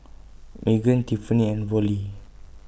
Meaghan Tiffani and Vollie